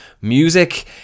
Music